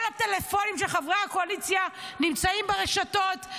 כל הטלפונים של חברי הקואליציה נמצאים ברשתות,